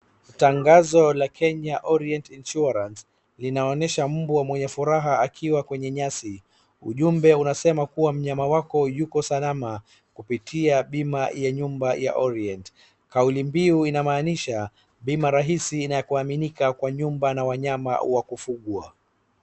Tangazo la Kenya Orient Insurance linaonyesha mbwa mwenye furaha akiwa kwenye nyasi. Ujumbe unasema kuwa mnyama wako yuko salama kupitia bima ya nyumba ya Orient. Kauli mbiu inamaanisha bima rahisi na ya kuaminika kwa nyumba na wanyama wakufugwa.